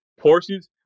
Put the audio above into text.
Porsches